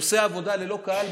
נושא העבודה ללא קהל,